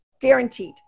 guaranteed